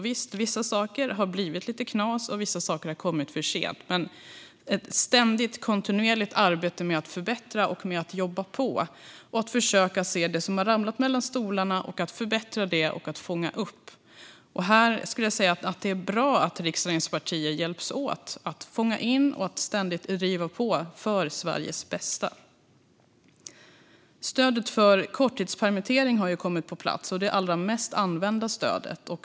Visst har vissa saker blivit lite knas, och vissa saker har kommit för sent, men det har varit ett kontinuerligt arbete med att förbättra och försöka se det som har ramlat mellan stolarna, fånga in och förbättra. Det är bra att riksdagens partier hjälps åt att fånga in och ständigt driva på för Sveriges bästa. Stödet för korttidspermittering har kommit på plats. Det är det allra mest använda stödet.